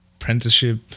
apprenticeship